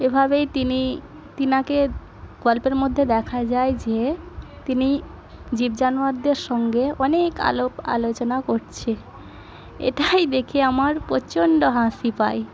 এভাবেই তিনি তেনাকে গল্পের মধ্যে দেখা যায় যে তিনি জীব জানোয়ারদের সঙ্গে অনেক আলাপ আলোচনা করছেন এটাই দেখে আমার প্রচণ্ড হাসি পায়